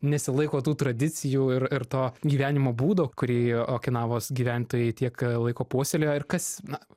nesilaiko tų tradicijų ir ir to gyvenimo būdo kurį okinavos gyventojai tiek laiko puoselėjo ir kas na